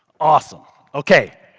awesome. okay.